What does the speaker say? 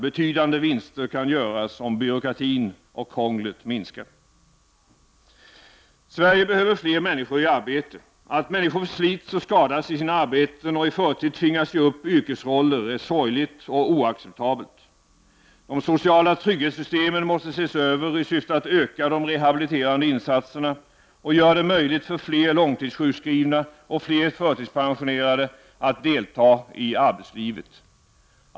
Betydande vinster kan göras om byråkratin och krånglet minskar. Sverige behöver fler människor i arbete. Att människor förslits och skadas i sina arbeten och i förtid tvingas ge upp yrkesroller är sorgligt och oacceptabelt. De sociala trygghetssystemen måste ses över i syfte att öka de rehabiliterande insatserna och göra det möjligt för fler långtidssjukskrivna och fler förtidspensionerade att delta i arbetslivet.